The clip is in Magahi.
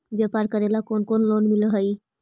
व्यापार करेला कौन कौन लोन मिल हइ?